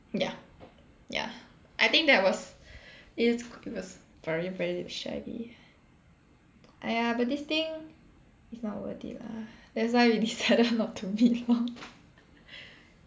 ya ya I think that was it's it was very very shaggy !aiya! but this thing it's not worth it lah that's why we decided not to meet mah